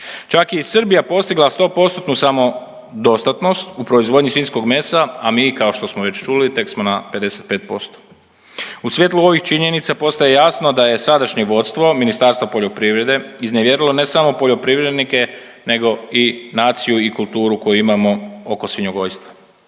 Čak je i Srbija postigla sto postotnu samodostatnost u proizvodnji svinjskog mesa, a mi kao što smo već čuli tek smo na 55%. U svjetlu ovih činjenica postaje jasno da je sadašnje vodstvo Ministarstva poljoprivrede iznevjerilo ne samo poljoprivrednike, nego i naciju i kulturu koju imamo oko svinjogojstva.